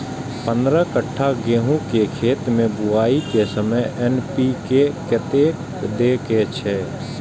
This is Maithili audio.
पंद्रह कट्ठा गेहूं के खेत मे बुआई के समय एन.पी.के कतेक दे के छे?